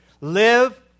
Live